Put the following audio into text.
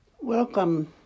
Welcome